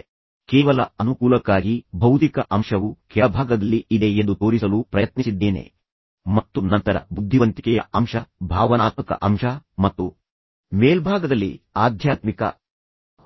ಈಗ ಕೇವಲ ಅನುಕೂಲಕ್ಕಾಗಿ ಭೌತಿಕ ಅಂಶವು ಕೆಳಭಾಗದಲ್ಲಿ ಇದೆ ಎಂದು ನಾನು ನಿಮಗೆ ತೋರಿಸಲು ಪ್ರಯತ್ನಿಸಿದ್ದೇನೆ ಮತ್ತು ನಂತರ ಬುದ್ಧಿವಂತಿಕೆಯ ಅಂಶ ಬರುತ್ತದೆ ಮತ್ತು ನಂತರ ಭಾವನಾತ್ಮಕ ಅಂಶ ಮತ್ತು ಮೇಲ್ಭಾಗದಲ್ಲಿ ನೀವು ಆಧ್ಯಾತ್ಮಿಕ